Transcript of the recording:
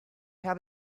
habe